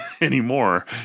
anymore